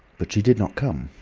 but she did not come.